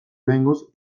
oraingoz